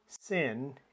sin